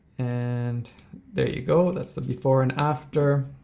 and there you go, that's the before and after.